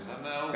אתה מהאו"ם.